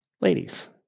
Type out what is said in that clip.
ladies